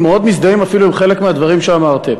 מאוד מזדהים אפילו עם חלק מהדברים שאמרתם.